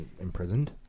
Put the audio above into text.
imprisoned